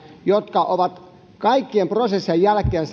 jotka ovat kaikkien prosessien jälkeen